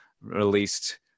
released